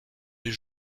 des